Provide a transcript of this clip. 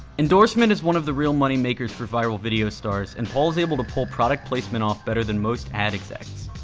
endorsement is one of the real money makers for viral video stars and paul is able to pull product placement off better than most ad execs.